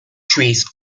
trees